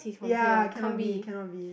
ya cannot be cannot be